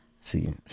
See